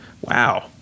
wow